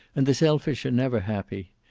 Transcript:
and the selfish are never happy.